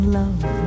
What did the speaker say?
love